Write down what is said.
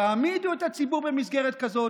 יעמידו את הציבור במסגרת כזאת,